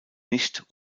nicht